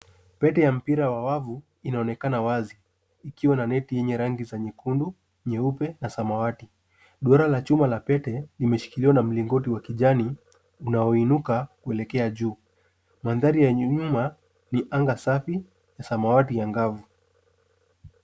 Pete ya mpira wa wavu, inaonekana wazi ikiwa na neti yenye rangi za nyekundu, nyeupe, na samawati. Duara la chuma la pete limeshikiliwa na mlingoti wa kijani, unaoinuka, kuelekea juu. Mandhari ya nyuma, ni anga safi, na samawati angavu.